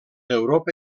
europa